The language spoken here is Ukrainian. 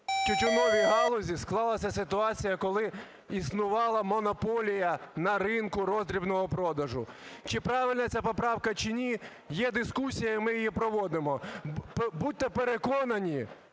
тютюновій галузі склалася ситуація, коли існувала монополія на ринку роздрібного продажу. Чи правильна ця поправка, чи ні, є дискусія і ми її проводимо. Будьте переконані,